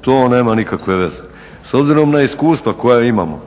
to nema nikakve veze. S obzirom na iskustva koja imamo